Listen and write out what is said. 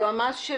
שיקומו.